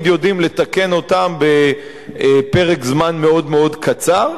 יודעים לתקן אותן בפרק זמן מאוד מאוד קצר,